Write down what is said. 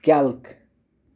calc